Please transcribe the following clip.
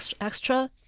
extra